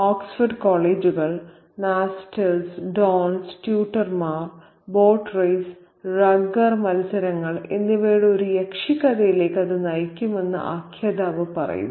Oxford കോളേജുകൾ masters dons ട്യൂട്ടർമാർ boat race rugger മത്സരങ്ങൾ എന്നിവയുടെ ഒരു യക്ഷിക്കഥയിലേക്ക് അത് നയിക്കുമെന്ന് ആഖ്യാതാവ് പറയുന്നു